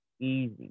easy